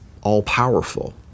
all-powerful